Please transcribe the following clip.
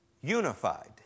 unified